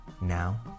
Now